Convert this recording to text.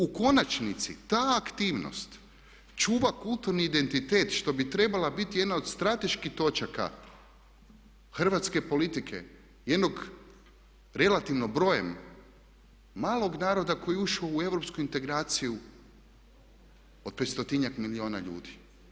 U konačnici ta aktivnost čuva kulturni identitet što bi trebala biti jedna od strateških točaka hrvatske politike, jednog relativno brojem malog naroda koji je ušao u europsku integraciju od 500-njak milijuna ljudi.